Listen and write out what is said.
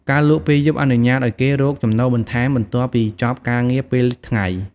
ការលក់ពេលយប់អនុញ្ញាតឱ្យគេរកចំណូលបន្ថែម បន្ទាប់ពីចប់ការងារពេលថ្ងៃ។